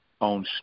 on